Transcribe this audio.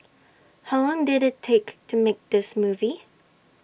how long did IT take to make this movie